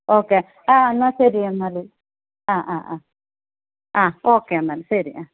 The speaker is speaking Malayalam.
ഓക്കെ ആ എന്നാാൽ ശരി എന്നാൽ ആ ആ ആ ആ ഓക്കെ എന്നാൽ ശരി